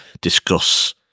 discuss